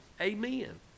Amen